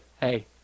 hey